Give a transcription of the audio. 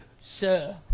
Sir